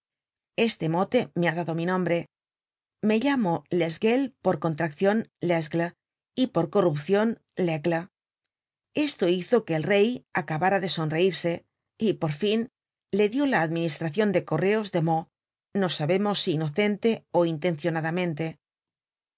este mote me ha dado mi nombre me llamo lesgueules por contraccion lesgle y por corrupcion l'aigle esto hizo que el rey acabara de sonreirse y por fin le dió la administracion de correos de meaux no sabemos si inocente ó intencionadamente el